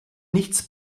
nichts